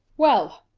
well!